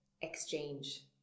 exchange